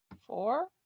Four